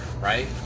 right